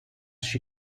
she